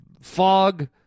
fog